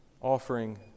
offering